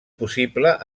possible